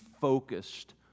focused